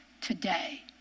today